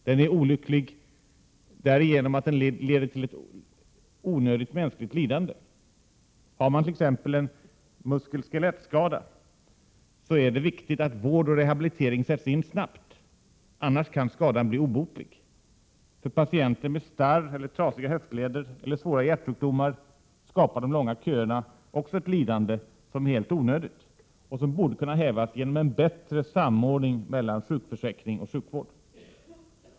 Den är också olycklig genom att den leder till ett onödigt mänskligt lidande. Har man t.ex. en muskelskelettskada är det viktigt att vård och rehabilitering sätts in snabbt, annars kan skadan bli obotlig. Också för patienter med starr, trasiga höftleder eller svåra hjärtsjukdomar skapar de långa köerna ett lidande som är helt onödigt och som borde kunna hävas genom en bättre samordning mellan sjukförsäkring och sjukvård.